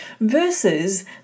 versus